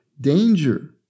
danger